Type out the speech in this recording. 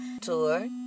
Tour